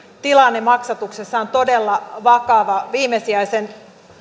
tilanne maksatuksessa on todella vakava viimesijaisen